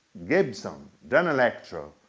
gibson, danelectro,